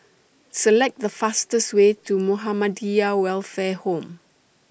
Select The fastest Way to Muhammadiyah Welfare Home